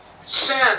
sin